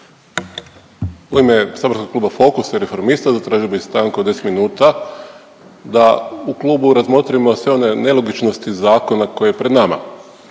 U ime saborskog Kluba Fokus i Reformista zatražio bi stanku od 10 minuta da u klubu razmotrimo sve one nelogičnosti zakona koji je pred nama.